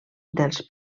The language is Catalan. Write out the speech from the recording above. dels